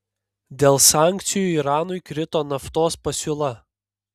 dėl sankcijų iranui krito naftos pasiūla